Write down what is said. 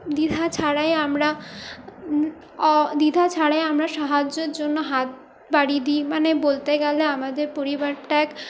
দ্বিধা ছাড়াই আমরা অ দ্বিধা ছাড়াই আমরা সাহায্যর জন্য হাত বাড়িয়ে দিই মানে বলতে গেলে আমাদের পরিবারটা এক